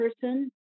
person